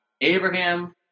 Abraham